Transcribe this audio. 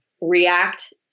react